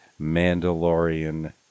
Mandalorian